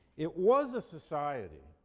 it was a society